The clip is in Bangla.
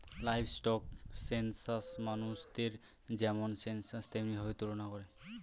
লাইভস্টক সেনসাস মানুষের যেমন সেনসাস তেমনি ভাবে তুলনা করে